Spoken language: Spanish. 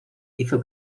hizo